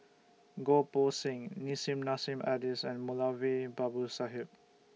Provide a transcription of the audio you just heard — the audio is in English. Goh Poh Seng Nissim Nassim Adis and Moulavi Babu Sahib